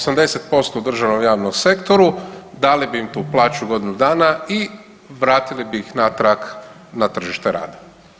80% u državnom javnom sektoru dali bi im tu plaću godinu dana i vratili bi ih natrag na tržište rada.